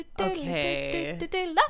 Okay